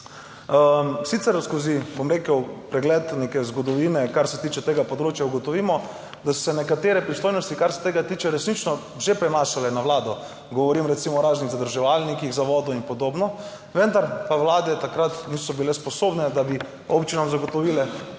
Sicer skozi, bom rekel, pregled neke zgodovine, kar se tiče tega področja ugotovimo, da so se nekatere pristojnosti, kar se tega tiče resnično že prenašale na vlado, govorim recimo o raznih zadrževalnikih za vodo in podobno, vendar pa vlade takrat niso bile sposobne, da bi občinam zagotovile